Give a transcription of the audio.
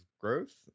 growth